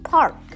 Park